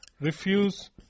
refuse